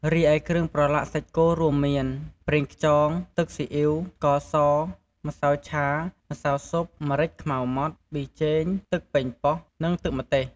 រីឯគ្រឿងប្រឡាក់សាច់គោ រួមមាន ប្រេងខ្យង ទឹកស៊ីអុីវ ស្ករស ម្សៅឆា ម្សៅស៊ុប ម្រេចខ្មៅម៉ដ្ឋ ប៊ីចេង ទឹកប៉េងប៉ោះ និង ទឹកម្ទេស។